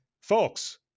folks